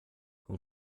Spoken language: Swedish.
hon